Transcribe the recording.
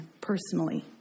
personally